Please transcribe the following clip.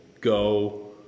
go